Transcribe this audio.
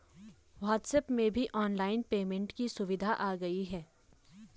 WhatsApp में भी online payment की सुविधा आ गई है